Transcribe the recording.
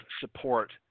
support